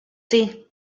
see